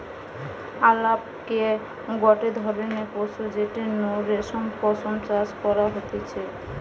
আলাপকে গটে ধরণের পশু যেটির নু রেশম পশম চাষ করা হতিছে